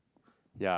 yeah